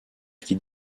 qui